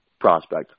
prospect